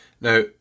Now